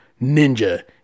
Ninja